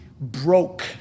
broke